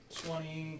twenty